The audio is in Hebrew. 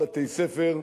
בתי-ספר.